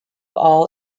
all